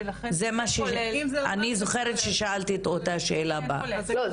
ולכן --- אני זוכרת ששאלתי את אותה שאלה --- לא,